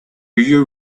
you